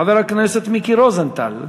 חבר הכנסת מיקי רוזנטל,